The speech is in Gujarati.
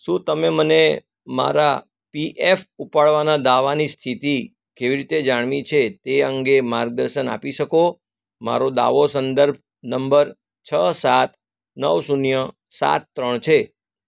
શું તમે મને મારા પીએફ ઉપાડવાના દાવાની સ્થિતિ કેવી રીતે જાણવી છે તે અંગે માર્ગદર્શન આપી શકો મારો દાવો સંદર્ભ નંબર છ સાત નવ શૂન્ય સાત ત્રણ છે